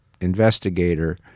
investigator